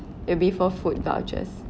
it'll be for food vouchers